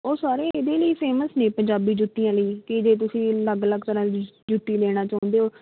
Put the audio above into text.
ਉਹ ਸਾਰੇ ਹੀ ਇਹਦੇ ਲਈ ਫੇਮਸ ਨੇ ਪੰਜਾਬੀ ਜੁੱਤੀਆਂ ਲਈ ਕਿ ਜੇ ਤੁਸੀਂ ਅਲੱਗ ਅਲੱਗ ਤਰ੍ਹਾਂ ਦੀ ਜੁੱਤੀ ਲੈਣਾ ਚਾਹੁੰਦੇ ਹੋ